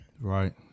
right